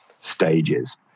stages